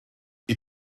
wyt